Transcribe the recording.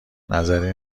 نظری